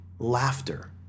Laughter